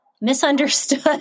misunderstood